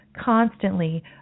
constantly